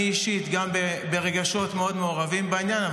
אני אישית גם ברגשות מאוד מעורבים בעניין,